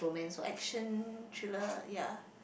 action thriller ya